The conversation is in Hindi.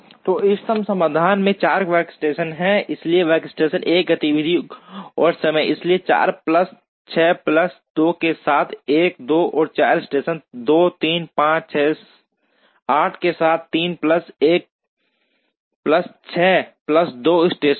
तो इष्टतम समाधान में 4 वर्कस्टेशन हैं इसलिए वर्कस्टेशन 1 गतिविधि और समय इसलिए 4 प्लस 6 प्लस 2 के साथ 1 2 और 4 स्टेशन 2 3 5 6 8 के साथ 3 प्लस 1 प्लस 6 प्लस 2 स्टेशन है